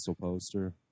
poster